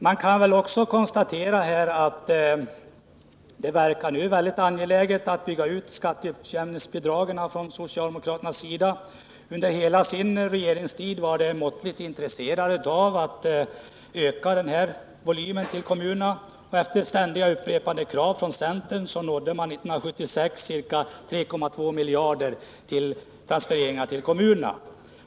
Socialdemokraterna verkar nu väldigt angelägna om att bygga ut skatteutjämningsbidraget, men under hela deras regeringstid var de måttligt intresserade av att öka den här volymen till kommunerna. Efter ständigt upprepade krav från centern nådde vi 1976 upp till ca 3,2 miljarder i transfereringar till kommunerna.